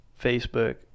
Facebook